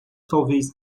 talvez